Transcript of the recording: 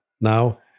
Now